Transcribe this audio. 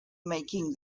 making